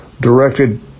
directed